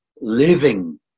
living